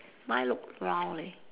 mine look round leh